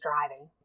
driving